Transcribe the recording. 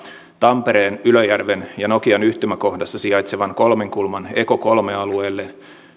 tampereen ylöjärven ja nokian yhtymäkohdassa sijaitsevan kolmenkulman eco kolme alueelle